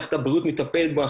מערכת הבריאות מטפלת בו,